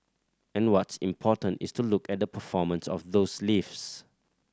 and what's important is to look at the performance of those lifts